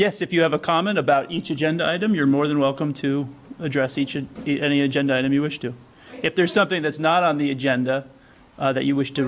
yes if you have a comment about each agenda item you're more than welcome to address each and any agenda item you wish to if there's something that's not on the agenda that you wish to